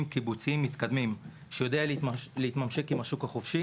קיבוציים מתקדמים שיודעים להתממשק עם השוק החופשי.